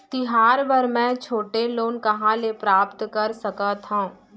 तिहार बर मै छोटे लोन कहाँ ले प्राप्त कर सकत हव?